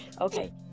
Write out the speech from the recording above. Okay